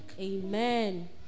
Amen